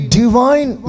divine